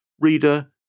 Reader